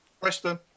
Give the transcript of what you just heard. Preston